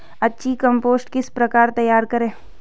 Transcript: अच्छी कम्पोस्ट किस प्रकार तैयार करें?